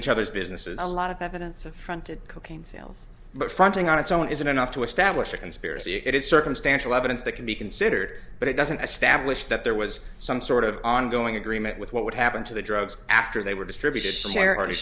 each other's businesses a lot of evidence affronted cocaine sales but fronting on its own isn't enough to establish a conspiracy it is circumstantial evidence that can be considered but it doesn't establish that there was some sort of ongoing agreement with what would happen to the drugs after they were distributed